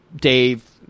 Dave